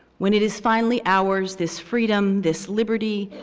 when it is finally ours, this freedom, this liberty,